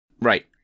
Right